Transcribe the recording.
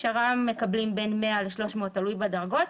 שר"מ מקבלים בין 100 300 שקל, תלוי בדרגות.